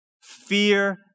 fear